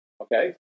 Okay